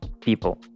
people